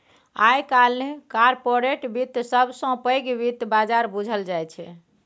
आइ काल्हि कारपोरेट बित्त सबसँ पैघ बित्त बजार बुझल जाइ छै